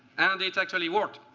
and it actually worked.